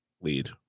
lead